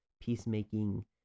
peacemaking